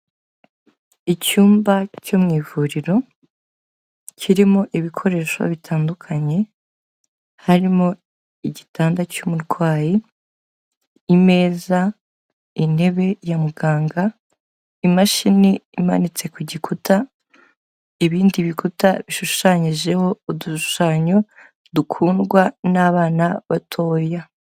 Icyumba cyo mu ivuriro kirimo ibikoresho bitandukanye, harimo igitanda cy'umugwayi, imeza, intebe ya muganga, imashini imanitse ku gikuta, ibindi bikuta bishushanyijeho udushushanyo dukundwa n'abana batoya.